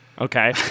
okay